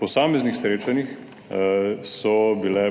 posameznih srečanjih so bile